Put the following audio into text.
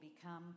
become